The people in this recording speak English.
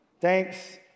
thanks